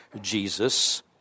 Jesus